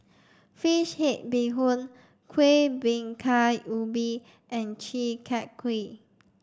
fish head bee hoon Kueh Bingka Ubi and Chi Kak Kuih